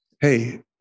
hey